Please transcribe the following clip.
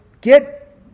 get